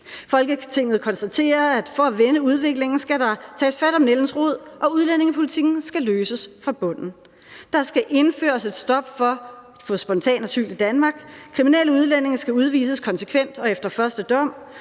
Folketinget konstaterer, at for at vende udviklingen skal der tages fat om nældens rod, og udlændingepolitikken skal løses fra bunden: - Der skal indføres et stop for spontan asyl. - Kriminelle udlændinge skal udvises konsekvent og efter første dom.